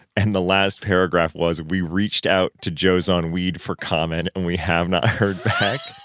and the last paragraph was, we reached out to joe's on weed for comment, and we have not heard back